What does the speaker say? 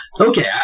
Okay